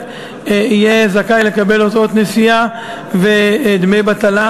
יהיה זכאי לקבל הוצאות נסיעה ודמי בטלה,